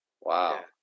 Wow